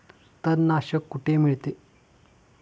तणनाशक कुठे मिळते?